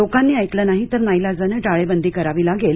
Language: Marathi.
लोकांनी ऐकल नाही तर नाईलाजाने टाळेबंदी करावी लागेल